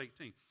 18